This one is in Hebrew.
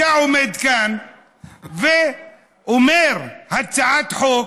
אתה עומד כאן ואומר: הצעת חוק,